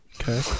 okay